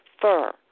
fur